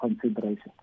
consideration